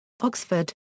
Oxford